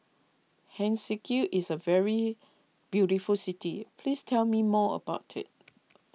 Helsinki is a very beautiful city please tell me more about it